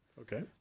Okay